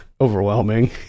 overwhelming